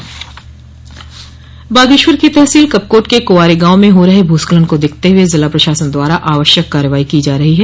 भूस्खलन बागेश्वर की तहसील कपकोट के कुॅवारी गांव में हो रहे भूस्खलन को देखते हुए जिला प्रशासन द्वारा आवश्यक कार्यवाही की जा रही है